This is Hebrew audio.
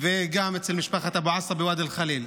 וגם אצל משפחת אבו עאסה בוואדי אל-חליל.